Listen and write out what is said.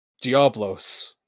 Diablos